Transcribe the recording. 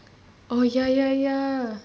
oh ya ya ya